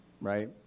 right